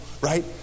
right